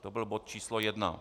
To byl bod číslo 1.